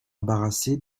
embarrassé